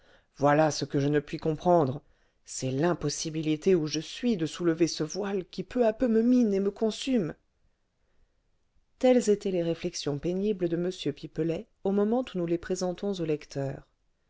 voilà ce que je ne puis comprendre c'est l'impossibilité où je suis de soulever ce voile qui peu à peu me mine et me consume telles étaient les réflexions pénibles de m pipelet au moment où nous les présentons au lecteur